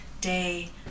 day